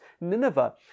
Nineveh